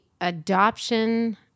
adoption